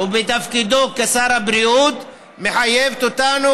ובתפקידו כשר הבריאות מחייב אותנו,